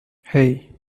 hey